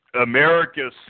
America's